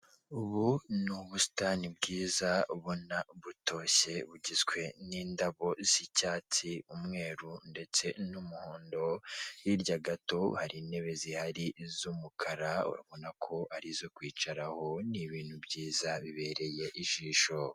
Ubu ni ubusitani bwiza ubona butoshye, bugizwe n'indabo z'icyatsi, umweru ndetse n'umuhondo, hirya gato hari intebe zihari z'umukara, urabona ko ari izo kwicaraho, ni ibintu byiza bibereye ijisho.